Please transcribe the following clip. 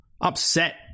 upset